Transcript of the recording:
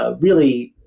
ah really